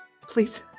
please